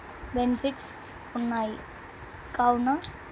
benefits ఉన్నాయి కావున